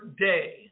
day